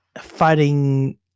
fighting